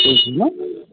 কৈছিল নহ্